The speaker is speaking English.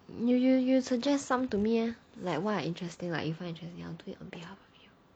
you you you suggest some to me leh like what are interesting like what's interesting I will do it on behalf of you